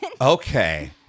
Okay